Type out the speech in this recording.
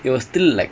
ya